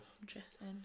Interesting